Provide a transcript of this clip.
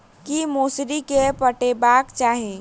की मौसरी केँ पटेबाक चाहि?